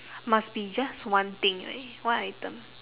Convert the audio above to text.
must be just one thing right one item